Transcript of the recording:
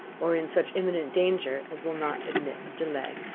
or in such imminent danger as will not admit of delay.